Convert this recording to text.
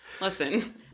listen